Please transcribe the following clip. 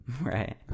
Right